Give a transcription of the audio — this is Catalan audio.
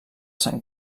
sant